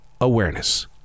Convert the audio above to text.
awareness